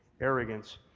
arrogance